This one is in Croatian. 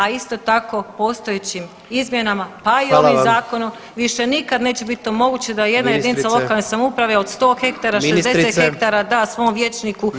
A isto tako postojećim izmjenama, pa i ovim zakonom [[Upadica predsjednik: Hvala vam.]] više nikad neće biti omogućeno da jedna jedinica [[Upadica predsjednik: Ministrice.]] lokalne samouprave od 100 hektara [[Upadica predsjednik: Ministrice.]] 60 hektara da svom vijećniku